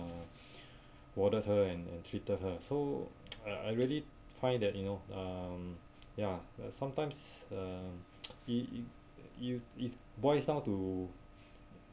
warded her and and treated her so I I really find that you know um ya like sometimes uh y~ you voice out to